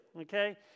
okay